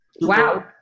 Wow